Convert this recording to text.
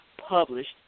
published